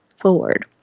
forward